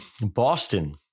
Boston